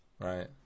Right